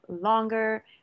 longer